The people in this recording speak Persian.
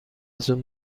زوم